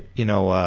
y'know,